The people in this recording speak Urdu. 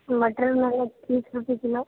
مٹر مگر تیس روپے کلو